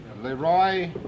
Leroy